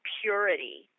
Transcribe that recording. purity